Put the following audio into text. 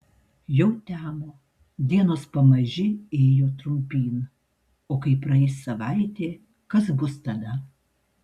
jau temo dienos pamaži ėjo trumpyn o kai praeis savaitė kas bus tada